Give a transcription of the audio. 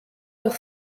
los